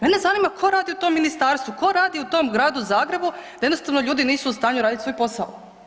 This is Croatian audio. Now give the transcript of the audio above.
Mene zanima ko radi u tom ministarstvu, ko radi u tom Gradu Zagrebu da jednostavno ljudi nisu u stanju radit svoj posao?